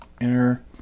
enter